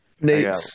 Nate